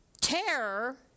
terror